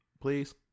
Please